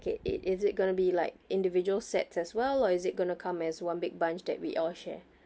it is it going to be like individual sets as well or is it going to come as one big bunch that we all share